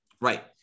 Right